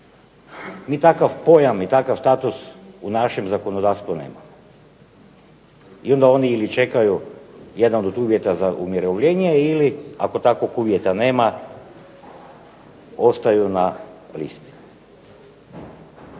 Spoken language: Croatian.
Mi takav pojam i takav status u našem zakonodavstvu nemamo i onda oni ili čekaju jedan od uvjeta za umirovljenje ili ako takvog uvjeta nema ostaju na listi.